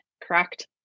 correct